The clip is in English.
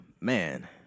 man